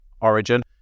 origin